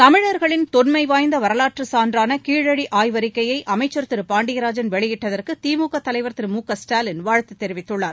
தமிழர்களின் தொன்மை வாய்ந்த வரலாற்று சான்றான கீழடி ஆய்வறிக்கையை அமைச்சர் திரு பாண்டியராஜன் வெளியிட்டதற்கு திமுக தலைவர் திரு மு க ஸ்டாலின் வாழ்த்து தெரிவித்துள்ளார்